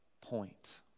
point